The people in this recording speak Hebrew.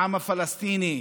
העם הפלסטיני,